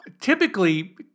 typically